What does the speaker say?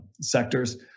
sectors